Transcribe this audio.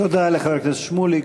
תודה לחבר הכנסת שמולי.